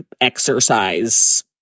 exercise